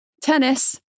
tennis